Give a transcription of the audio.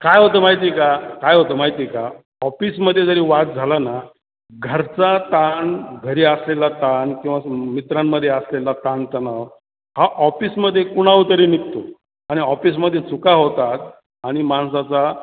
काय होतं माहिती आहे का काय होतं माहिती का ऑफिसमध्ये जरी वाद झालं ना घरचा ताण घरी असलेला ताण किंवा मित्रांमध्ये असलेला ताणतणाव हा ऑफिसमध्ये कुणावर तरी निघतो आणि ऑफिसमध्ये चुका होतात आणि माणसाचा